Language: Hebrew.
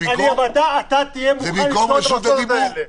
אבל אתה תהיה מוכן לסגור את המוסדות האלה.